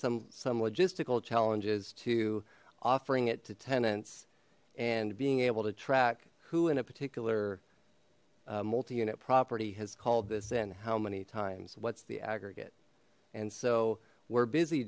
some some logistical challenges to offering it to tenants and being able to track who in a particular multi unit property has called this in how many times what's the aggregate and so we're busy